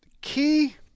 Key